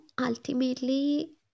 ultimately